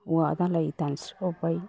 औवा दालाइ दानस्रिबावबाय